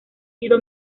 sido